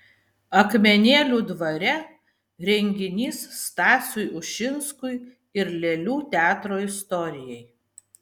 akmenėlių dvare renginys stasiui ušinskui ir lėlių teatro istorijai